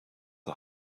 are